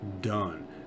Done